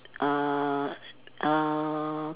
uh err